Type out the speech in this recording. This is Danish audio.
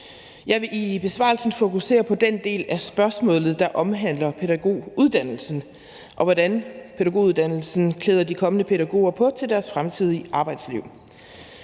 Jeg vil i besvarelsen fokusere på den del af spørgsmålet, der omhandler pædagoguddannelsen, og hvordan pædagoguddannelsen klæder de kommende pædagoger på til deres fremtidige arbejdsliv.